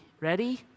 Ready